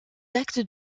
actes